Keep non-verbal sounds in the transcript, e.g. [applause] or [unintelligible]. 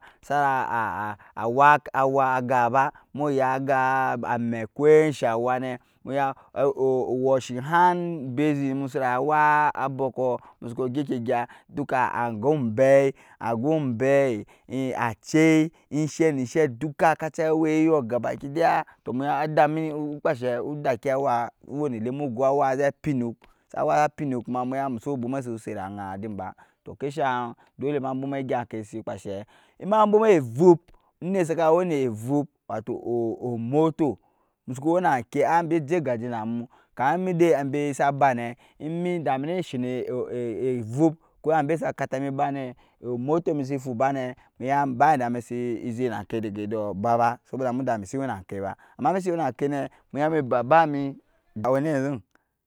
Sara [hesitation] akake aga ba muya ga amɛ kwɛg shawa nɛ muya [hesitation] owashing hand basic [unintelligible] wak abɔkɔɔ musuku ginkigya duka ajgu mbai ajgu mbai acɛi inshɛ ni inshɛ duka kaca wɛi yɔɔ gabakidaya tɔɔ muya adami ukpashɛ udakc awa u wɛi ni lim mu gɔɔ awazɛ pinnuke awa sa pinnuk tɔɔ [unintelligible] kashang dole ma bwuma evup watɔɔ omotɔɔ musuku wɛi na kɛi bɛ jɛ gajɛ namu kama mudɛ ambɛ saba mnɛ imi da mini she ni [hesitation] evup kɔɔ ambe sa katami ba nɛ emotɔɔ misi fuba nɛ niya badama misi zɛk nakɛ dɛyɛ dɔɔ ba ba soboda muda bisi wɛi na kɛ ba ama misi wɛi namɛ nɛ miya mi bibami, [unintelligible]